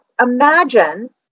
imagine